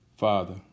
Father